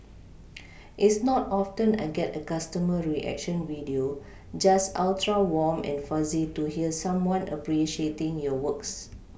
it's not often I get a customer reaction video just ultra warm and fuzzy to hear someone appreciating your works